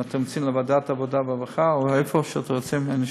אם אתם רוצים להעביר את זה